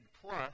plus